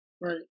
Right